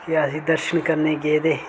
कि असें दर्शन करने गी गेदे हे